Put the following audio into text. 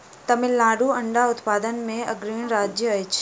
तमिलनाडु अंडा उत्पादन मे अग्रणी राज्य अछि